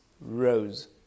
rose